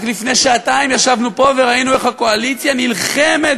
רק לפני שעתיים ישבנו פה וראינו איך הקואליציה נלחמת